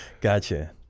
Gotcha